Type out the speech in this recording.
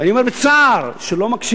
ואני אומר בצער, שלא מקשיבים.